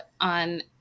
on